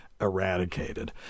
eradicated